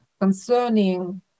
concerning